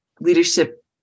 leadership